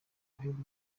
uheruka